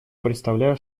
предоставляю